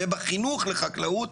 ובחינוך לחקלאות,